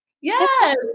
yes